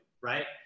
right